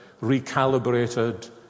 recalibrated